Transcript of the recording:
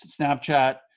Snapchat